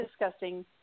discussing